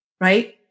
right